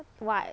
what